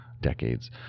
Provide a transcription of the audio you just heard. decades